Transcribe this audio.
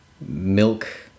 milk